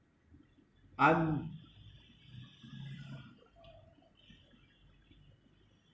I'm